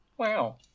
Wow